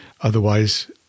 Otherwise